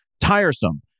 tiresome